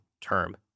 term